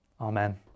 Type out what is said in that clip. amen